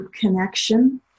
connection